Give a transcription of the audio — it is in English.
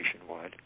nationwide